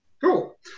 Cool